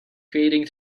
creating